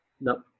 No